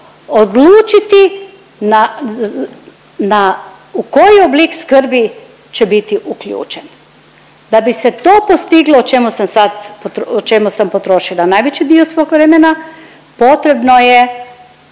odlučiti na, na u koji oblik skrbi će biti uključen. Da bi se to postiglo o čemu sam sad, o čemu sam potrošila najveći dio svog vremena, potrebno je